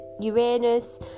Uranus